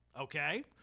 Okay